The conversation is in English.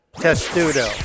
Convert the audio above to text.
Testudo